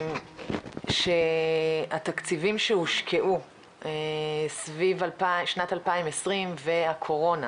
שהתקציבים שהושקעו סביב שנת 2020 והקורונה,